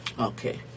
Okay